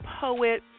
poet